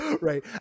Right